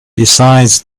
besides